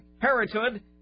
parenthood